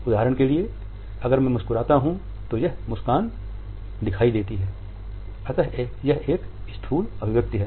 उदाहरण के लिए अगर मैं मुस्कुराता हूं यह मुस्कान दिखाई देती है अतः यह एक स्थूल अभिव्यक्ति है